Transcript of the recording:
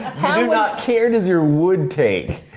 how much care does your wood take?